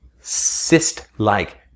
cyst-like